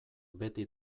beti